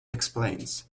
explains